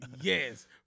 yes